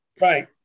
Right